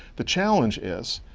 the challenge is,